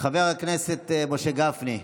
חבר הכנסת משה גפני,